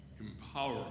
Empower